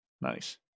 Nice